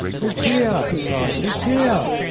lucia! he cried, lucia!